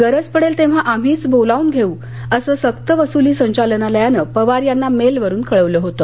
गरज पडेल तेव्हा आम्ही बोलावू असं सक्तवसुली संचालनालयानं पवार यांना मेलवरून कळवलं होतं